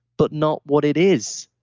but not what it is.